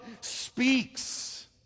speaks